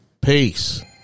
Peace